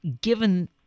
given